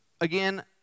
Again